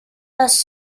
was